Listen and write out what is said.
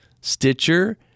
Stitcher